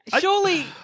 Surely